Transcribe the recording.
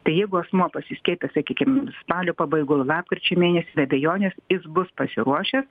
tai jeigu asmuo pasiskiepys sakykim spalio pabaigoj lapkričio mėnesį be abejonės jis bus pasiruošęs